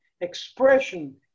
expression